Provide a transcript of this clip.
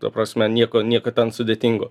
ta prasme nieko nieko ten sudėtingo